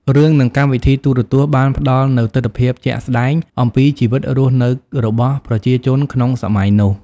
រឿង និងកម្មវិធីទូរទស្សន៍បានផ្តល់នូវទិដ្ឋភាពជាក់ស្តែងអំពីជីវិតរស់នៅរបស់ប្រជាជនក្នុងសម័យនោះ។